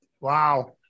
wow